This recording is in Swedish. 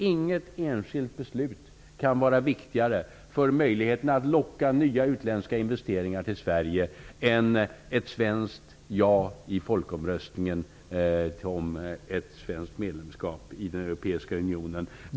Inget enskilt beslut kan vara viktigare för möjligheterna att locka nya utländska investeringar till Sverige än ett svenskt ja i folkomröstningen om ett svenskt medlemskap i den europeiska unionen.